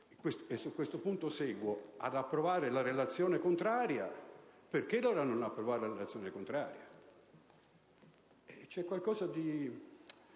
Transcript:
(e su questo punto seguo) ad approvare la relazione contraria, perché allora non approvare la relazione contraria? C'è qualcosa di